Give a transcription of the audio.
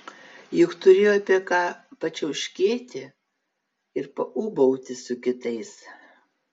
juk turėjo apie ką pačiauškėti ir paūbauti su kitais